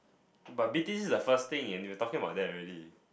but Beatrice this is the first thing in you talking about that already